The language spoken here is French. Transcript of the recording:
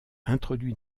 introduit